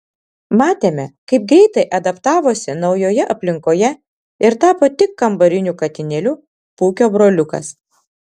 matėme kaip greitai adaptavosi naujoje aplinkoje ir tapo tik kambariniu katinėliu pūkio broliukas